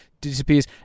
disappears